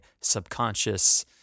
subconscious